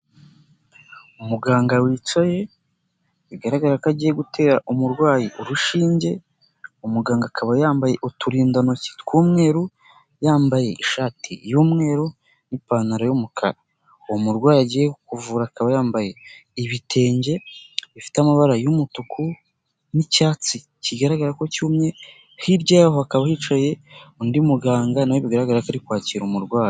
Umuganga wicaye bigaragara ko agiye gutera umurwayi urushinge, umuganga akaba yambaye uturindantoki tw'umweru, yambaye ishati y'umweru n'ipantaro y'umukara, umurwayi agiye kuvura akaba yambaye ibitenge bifite amabara y'umutuku n'icyatsi kigaragara ko cyumye hirya y'aho hakaba hicaye undi muganga na we bigaragara ko ari kwakira umurwayi.